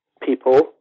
people